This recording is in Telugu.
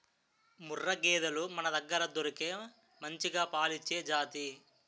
ముర్రా గేదెలు మనదగ్గర దొరికే మంచిగా పాలిచ్చే జాతి